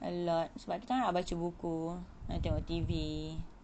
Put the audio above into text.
a lot sebab kitaorang nak baca buku nak tengok T_V